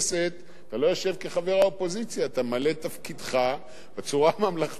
אתה ממלא את תפקידך בצורה ממלכתית כסגן יושב-ראש הכנסת.